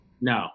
no